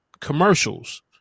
commercials